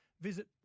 Visit